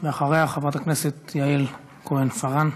אחריה, חברת הכנסת יעל כהן-פארן.